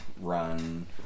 run